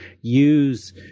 use